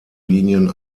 linien